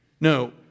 No